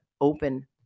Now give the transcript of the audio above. open